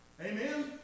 Amen